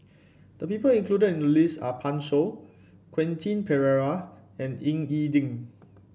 the people included in the list are Pan Shou Quentin Pereira and Ying E Ding